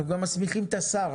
מסמיכים את השר.